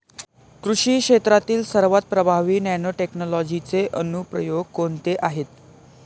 कृषी क्षेत्रातील सर्वात प्रभावी नॅनोटेक्नॉलॉजीचे अनुप्रयोग कोणते आहेत?